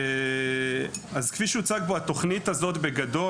זאת התוכנית בגדול,